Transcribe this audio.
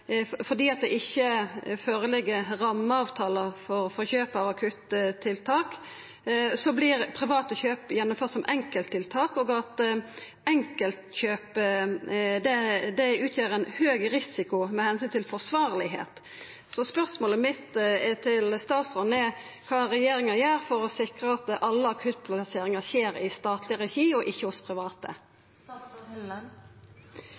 fordi det ikkje ligg føre rammeavtalar for kjøp av akuttiltak, vert private kjøp gjennomførte som enkelttiltak, og at enkeltkjøp utgjer ein høg risiko med omsyn til kva som er forsvarleg. Så spørsmålet mitt til statsråden er kva regjeringa gjer for å sikra at alle akuttplasseringar skjer i statleg regi og ikkje hos private.